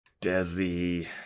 Desi